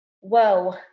whoa